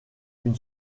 une